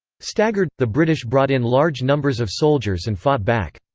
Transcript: staggered, the british brought in large numbers of soldiers and fought back.